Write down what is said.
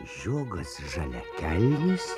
žiogas žaliakelnis